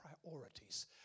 priorities